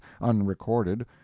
unrecorded